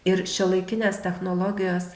ir šiuolaikinės technologijos